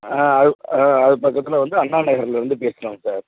ஆ அது ஆ அது பக்கத்தில் வந்து அண்ணா நகரில் இருந்து கேட்டு வாங்க சார்